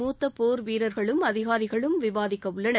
மூத்த போர் வீரர்களும் அதினரிகளும் விவாதிக்க உள்ளனர்